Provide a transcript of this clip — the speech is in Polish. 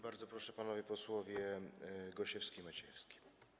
Bardzo proszę, panowie posłowie Gosiewski i Maciejewski.